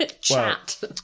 chat